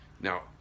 Now